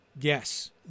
yes